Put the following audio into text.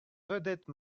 vedette